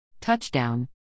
Touchdown